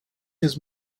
his